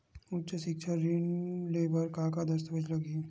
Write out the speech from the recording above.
उच्च सिक्छा ऋण ले बर का का दस्तावेज लगही?